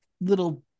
little